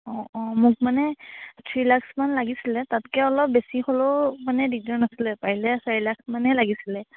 অঁ অঁ মোক মানে থ্ৰী লাখচ মান লাগিছিলে তাতকৈ অলপ বেছি হ'লও মানে দিগদাৰ নাছিলে পাৰিলে চাৰিলাখ মানেই লাগিছিলে